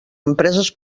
empreses